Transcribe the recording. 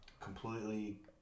completely